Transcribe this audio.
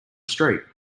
street